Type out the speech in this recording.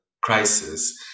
crisis